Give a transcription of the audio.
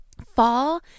fall